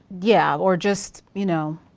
yeah, or just you know